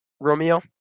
Romeo